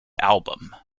album